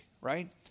right